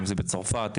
בצרפת,